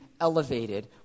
elevated